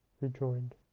rejoined